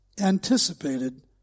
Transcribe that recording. anticipated